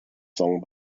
song